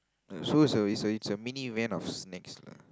so is a is a is a mini van of snacks lah